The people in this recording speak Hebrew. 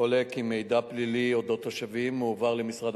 עולה כי מידע פלילי על תושבים מועבר למשרד